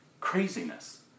craziness